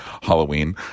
Halloween